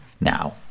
Now